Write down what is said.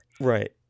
Right